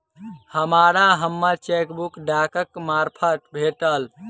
हमरा हम्मर चेकबुक डाकक मार्फत भेटल